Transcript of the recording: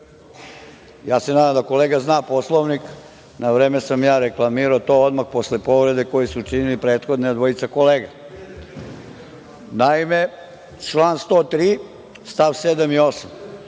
ja se nadam da kolega zna Poslovnik. Na vreme sam reklamirao, odmah posle povrede koju su učinile prethodne kolege. Naime, član 103. stavovi 7.